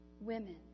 women